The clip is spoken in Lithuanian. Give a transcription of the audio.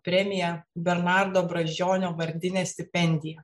premija bernardo brazdžionio vardinė stipendija